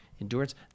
endurance